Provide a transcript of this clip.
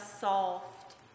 soft